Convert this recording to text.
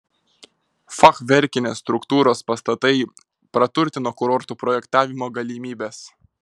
fachverkinės struktūros pastatai praturtino kurortų projektavimo galimybes